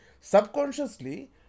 Subconsciously